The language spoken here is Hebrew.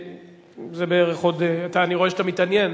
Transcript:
זה בערך עוד, אני רואה שאתה מתעניין,